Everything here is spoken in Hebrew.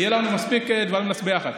יהיו לנו מספיק דברים לעשות ביחד.